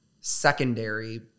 secondary